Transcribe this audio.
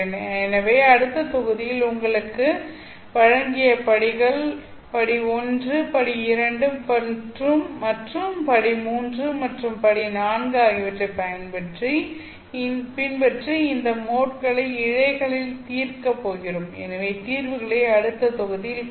எனவே அடுத்த தொகுதியில் உங்களுக்கு வழங்கிய படிகள் படி 1 படி 2 மற்றும் படி 3 மற்றும் படி 4 ஆகியவற்றைப் பின்பற்றி இந்த மோட்களை இழைக'ளில் தீர்க்கப் போகிறோம் எனவே தீர்வுகளை அடுத்த தொகுதியில் பார்ப்போம்